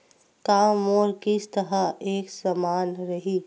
का मोर किस्त ह एक समान रही?